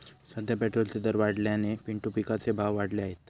सध्या पेट्रोलचे दर वाढल्याने पिंटू पिकाचे भाव वाढले आहेत